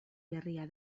berria